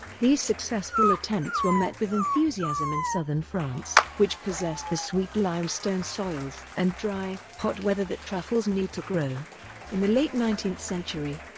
these successful attempts were met with enthusiasm in southern france, which possessed the sweet limestone soils and dry, hot weather that truffles need to grow in the late nineteenth century,